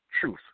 truth